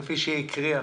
כפי שהקריאה.